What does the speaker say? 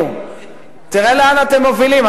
תראה לאן אתם מובילים.